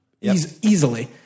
Easily